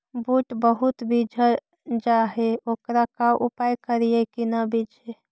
बुट बहुत बिजझ जा हे ओकर का उपाय करियै कि न बिजझे?